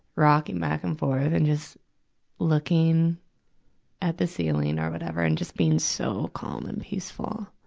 rocking back and forth and just looking at the ceiling or whatever and just being so calm and peaceful.